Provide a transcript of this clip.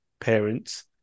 parents